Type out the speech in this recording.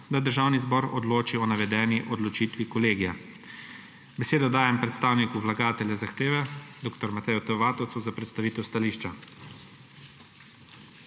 da Državni zbor odloči o navedeni odločitvi Kolegija. Besedo dajem predstavniku vlagatelja zahteve dr. Mateju T. Vatovcu za predstavitev stališča.